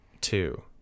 two